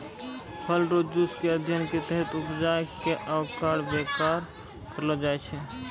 फल रो जुस के अध्ययन के तहत उपजाय कै ओकर वेपार करलो जाय छै